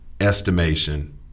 estimation